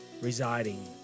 residing